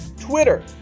Twitter